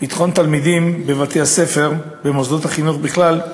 ביטחון התלמידים בבתי-הספר, במוסדות החינוך בכלל.